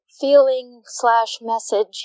feeling-slash-message